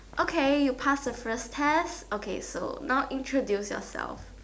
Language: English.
okay you pass the first test okay so now introduce yourself